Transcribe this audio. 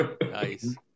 Nice